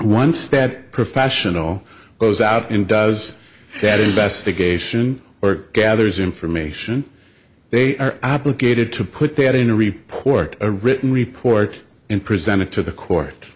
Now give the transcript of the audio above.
step professional goes out and does that investigation or gathers information they are obligated to put that in a report a written report and presented to the court